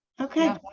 Okay